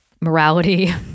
morality